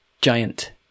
Giant